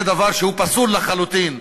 זה דבר פסול לחלוטין.